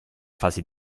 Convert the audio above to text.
fase